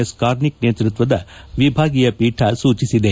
S Karnik ನೇತೃತ್ವದ ವಿಭಾಗೀಯ ಪೀಠ ಸೂಚಿಸಿದೆ